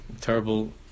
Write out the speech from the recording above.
Terrible